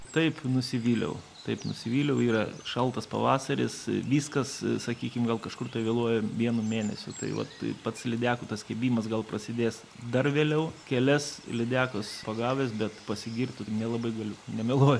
taip nusivyliau taip nusivyliau yra šaltas pavasaris viskas sakykim gal kažkur vėluoja vienu mėnesiu tai vat tai pats lydekų tas kibimas gal prasidės dar vėliau kelias lydekas pagavęs bet pasigirti nelabai galiu nemeluoju